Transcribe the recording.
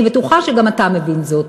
אני בטוחה שגם אתה מבין זאת.